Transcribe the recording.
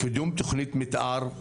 קידום תוכנית מתאר,